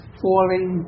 falling